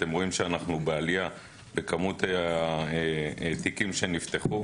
אתם רואים שאנחנו בעלייה בכמות התיקים שנפתחו.